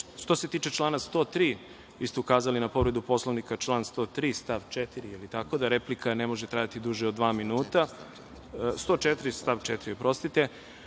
Što se tiče člana 103, vi ste ukazali na povredu Poslovnika, član 103. stav 4, da replika ne može trajati duže od 2 minuta, član 104. stav 4, oprostite,